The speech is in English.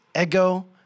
ego